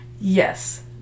yes